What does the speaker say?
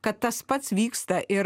kad tas pats vyksta ir